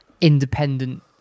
independent